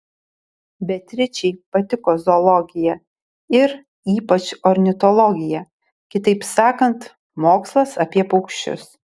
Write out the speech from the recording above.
beatričei patiko zoologija ir ypač ornitologija kitaip sakant mokslas apie paukščius